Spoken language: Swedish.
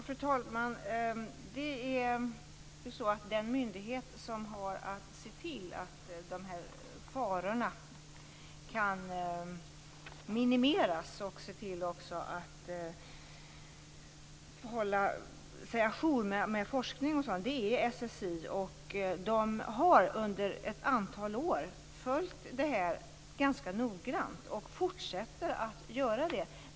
Fru talman! SSI är den myndighet som har att se till att dessa faror kan minimeras och som skall hålla sig à jour med forskning. Där har man under ett antal år följt det här ganska noggrant och fortsätter att göra det.